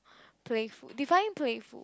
playful defiing playful